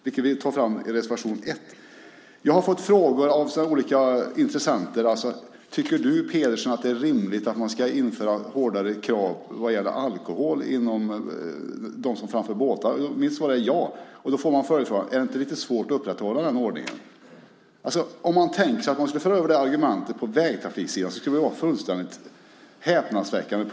Detta tar vi upp i reservation 1. Jag har fått frågan från olika intressenter: Tycker du, Pedersen, att det är rimligt att införa hårdare krav vad gäller alkohol på dem som framför båtar? Mitt svar är ja. Då får jag följdfrågan: Är det inte lite svårt att upprätthålla den ordningen? Att föra över denna ordning till vägtrafiksidan skulle vara fullständigt häpnadsväckande.